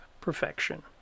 perfection